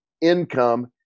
income